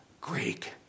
Greek